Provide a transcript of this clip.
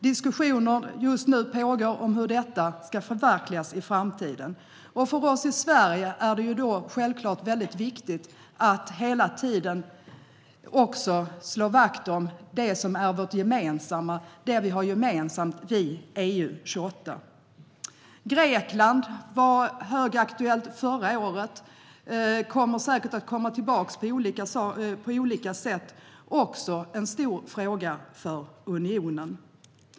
Just nu pågår diskussioner om hur detta ska förverkligas i framtiden. För oss i Sverige är det självklart viktigt att hela tiden slå vakt om det vi i EU-28 har gemensamt. Greklandsfrågan var högaktuell förra året. Den kommer säkert att komma tillbaka på olika sätt eftersom den också är en stor fråga för unionen.